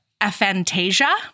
aphantasia